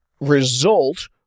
result